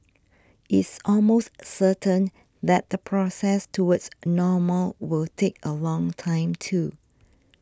it's almost certain that the process towards normal will take a long time too